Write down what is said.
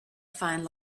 find